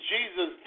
Jesus